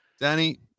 Danny